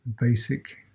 basic